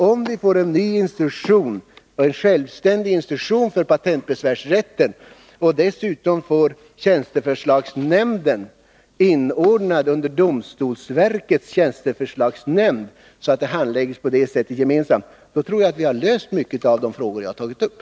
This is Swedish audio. Om vi får en ny självständig instruktion för patentbesvärsrätten och dessutom får tjänsteförslagsnämnden inordnad under domstolsverkets tjänsteförslagsnämnd, så att handläggningen av dessa ärenden på det sättet blir gemensam med övriga domstolars, då tror jag att vi har löst de problem som jag har tagit upp.